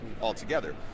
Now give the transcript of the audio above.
altogether